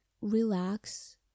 relax